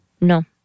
No